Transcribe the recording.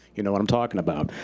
you know what i'm talking about.